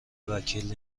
وکیل